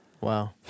Wow